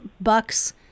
Bucks